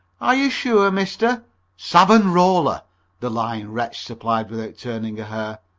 are you sure, mr savanrola, the lying wretch supplied without turning a hair.